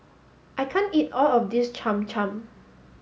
I can't eat all of this Cham Cham